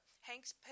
Hanks